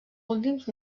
últims